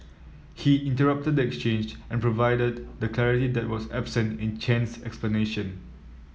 he interrupted the exchange and provided the clarity that was absent in Chen's explanation